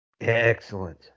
Excellent